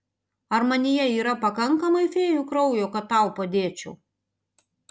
ar manyje yra pakankamai fėjų kraujo kad tau padėčiau